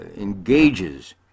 engages